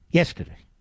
yesterday